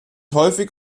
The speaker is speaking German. häufig